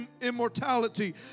immortality